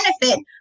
benefit